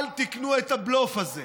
אל תקנו את הבלוף הזה.